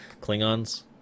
Klingons